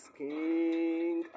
king